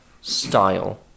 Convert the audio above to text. style